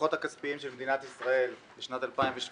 בדוחות הכספיים של מדינת ישראל לשנת 2017,